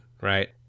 right